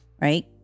Right